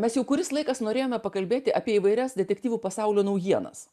mes jau kuris laikas norėjome pakalbėti apie įvairias detektyvų pasaulio naujienas